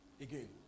again